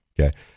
Okay